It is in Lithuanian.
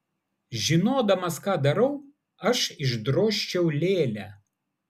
žinodamas ką darau aš išdrožčiau lėlę